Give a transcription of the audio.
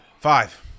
Five